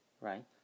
right